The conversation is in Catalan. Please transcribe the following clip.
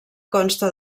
consta